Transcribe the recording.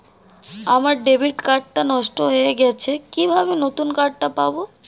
আমার debit card টা নষ্ট হয়ে গেছে কিভাবে নতুন কার্ড পাব?